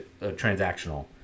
transactional